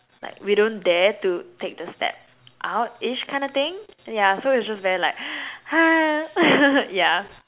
like we don't dare to take the step out ish kinda thing ya so it's just very like !hais! ya